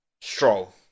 Stroll